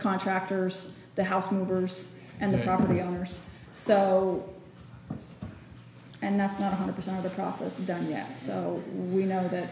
contractors the house members and the property owners so and that's not a hundred percent of the process done yet so we know that